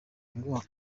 ngo